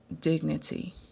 dignity